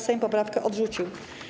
Sejm poprawkę odrzucił.